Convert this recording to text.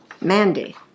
Mandy